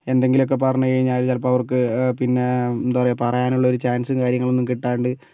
എന്തെങ്കിലും ഒക്കെ പറഞ്ഞു കഴിഞ്ഞാൽ ചിലപ്പോൾ അവർക്ക് പിന്നെ എന്താ പറയുക അവർക്ക് പറയാനുള്ള ചാൻസ് കാര്യങ്ങൾ ഒന്നും കിട്ടാണ്ട്